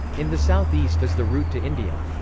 in the southeast is the route to india.